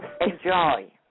Enjoy